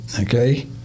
Okay